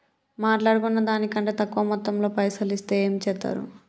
మాట్లాడుకున్న దాని కంటే తక్కువ మొత్తంలో పైసలు ఇస్తే ఏం చేత్తరు?